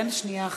כן, שנייה אחת.